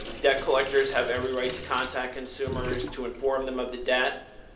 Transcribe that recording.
debt collectors have every right to contact consumers, to inform them of the debt,